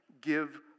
give